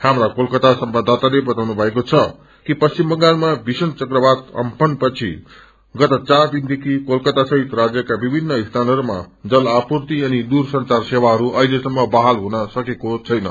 हाम्रा कोलकाता संवाददाताले बताउनुभएको छ कि पश्चिम बंगालमा चक्रवात अम्फ्रानपछि गत चार दिनदेखि कोलक्रता सहित राज्यका विभिन्न स्थानहरूमा जल आपूर्ति अनि दूर संचार सेवाहरू अहिलेसम्म बहाल हुनसकेको छेन